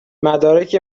مدارک